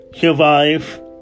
survive